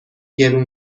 گرون